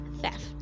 Theft